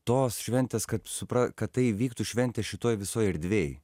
tos šventės kaip supra kad tai vyktų šventė šitoj visoj erdvėj